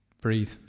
breathe